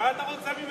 "צוות 120 הימים".